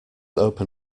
open